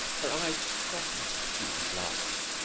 her eyes softened. she even blushed.